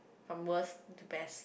from worst to best